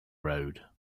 road